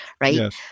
right